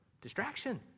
Distraction